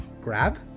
grab